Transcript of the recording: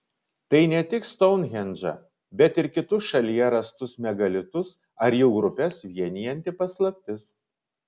tai ne tik stounhendžą bet ir kitus šalyje rastus megalitus ar jų grupes vienijanti paslaptis